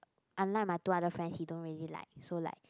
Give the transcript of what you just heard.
unlike my two other friend he don't really like so like